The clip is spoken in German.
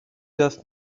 das